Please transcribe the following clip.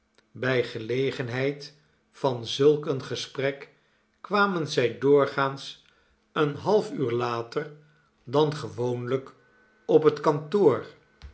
bij gelegenheid van zulk een gesprek kwamen zij doorgaans een half uur nellt later dan gewoonlijk op het kantoor